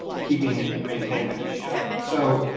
keeping it maintained like you should. so,